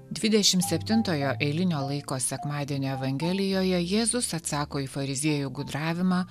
dvidešimt septintojo eilinio laiko sekmadienio evangelijoje jėzus atsako į fariziejų gudravimą